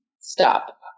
stop